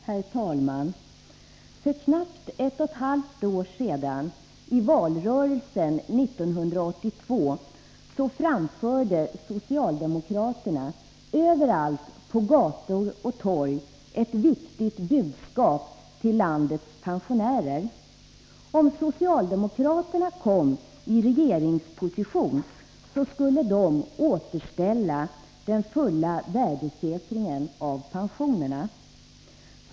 Herr talman! För knappt ett och ett halvt år sedan, i valrörelsen 1982, framförde socialdemokraterna överallt på gator och torg ett viktigt budskap till landets pensionärer: om socialdemokraterna kom i regeringsposition skulle de återställa den fulla värdesäkringen av pensionerna.